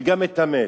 וגם את המת.